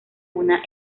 una